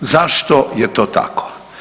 Zašto je to tako?